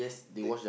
late